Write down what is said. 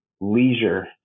leisure